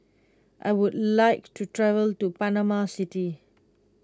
I would like to travel to Panama City